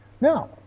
Now